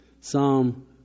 Psalm